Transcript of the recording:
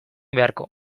beharko